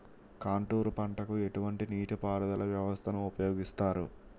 Contour పంటకు ఎటువంటి నీటిపారుదల వ్యవస్థను ఉపయోగిస్తారు?